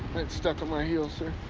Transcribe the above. it's stuck on my heel, sir.